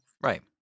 Right